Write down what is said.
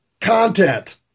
Content